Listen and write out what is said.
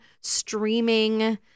streaming